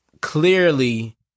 clearly